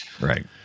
Right